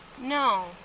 No